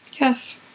Yes